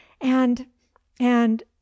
and—and